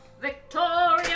Victoria